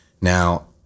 Now